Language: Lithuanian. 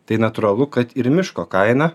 tai natūralu kad ir miško kaina